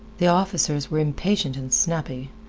the officers were impatient and snappy,